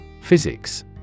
Physics